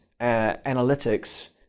analytics